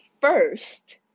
first